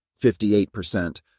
58%